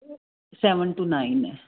seven two nine ਹੈ